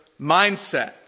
mindset